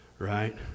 right